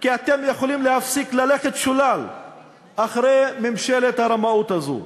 כי אתם יכולים להפסיק ללכת שולל אחרי ממשלת הרמאות הזאת,